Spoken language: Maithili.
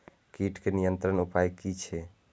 कीटके नियंत्रण उपाय कि छै?